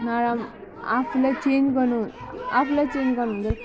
नराम आफूलाई चेन्ज गर्नु आफूलाई चेन्ज गर्नु हुँदैन